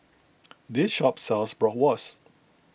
this shop sells Bratwurst